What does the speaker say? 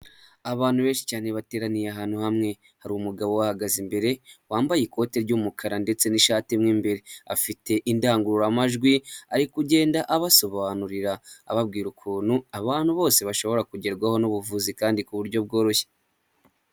Abantu benshi cyane bateraniye ahantu hamwe, hari umugabo ubahagaze imbere wambaye ikote ry'umukara ndetse n'ishati mo imbere, afite indangururamajwi ari kugenda abasobanurira ababwira ukuntu abantu bose bashobora kugerwaho n'ubuvuzi kandi ku buryo bworoshye.